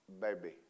baby